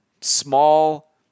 small